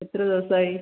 എത്ര ദിവസമായി